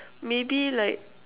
maybe like